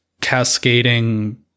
cascading